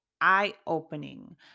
eye-opening